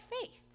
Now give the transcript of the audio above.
faith